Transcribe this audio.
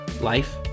life